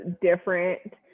different